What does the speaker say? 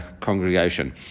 congregation